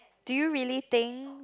do you really think